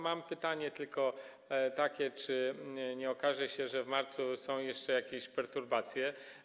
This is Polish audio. Mam tylko takie pytanie, czy nie okaże się, że w marcu są jeszcze jakieś perturbacje.